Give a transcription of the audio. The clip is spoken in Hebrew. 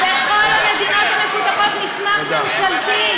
בכל המדינות המפותחות, מסמך ממשלתי,